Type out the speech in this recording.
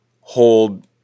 hold